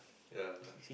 yeah